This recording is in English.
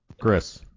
Chris